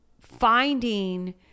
finding